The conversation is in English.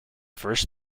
first